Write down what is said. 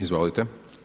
Izvolite.